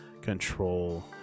control